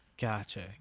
Gotcha